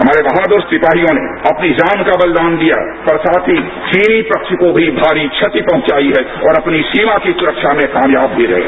हमारे बहादुर सिपाहियों ने बहादुर जवानों ने अपनी जान का बलिदान दिया और साथ ही चीनी पक्ष को भी भारी क्षति पहुंचाई है और अपनी सीमा की सुरक्षा में कामयाब भी रहे है